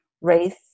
race